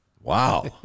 Wow